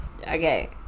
Okay